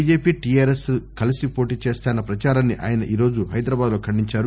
BJP TRS కలసి పోటీ చేస్తాయన్న ప్రచారాన్ని ఆయన ఈ రోజు హైదరాబాద్ లో ఖండించారు